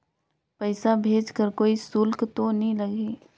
पइसा भेज कर कोई शुल्क तो नी लगही?